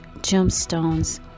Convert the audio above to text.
gemstones